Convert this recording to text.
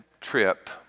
trip